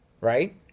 Right